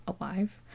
alive